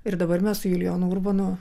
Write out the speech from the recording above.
ir dabar mes su julijonu urbonu